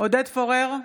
עודד פורר,